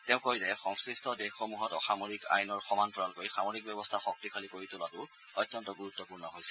তেওঁ কয় যে সংশ্লিষ্ট দেশসমূহত অসামৰিক আইনৰ সমান্তৰালকৈ সামৰিক ব্যৱস্থা শক্তিশালী কৰি তোলাতো অত্যন্ত গুৰুত্বপূৰ্ণ হৈছে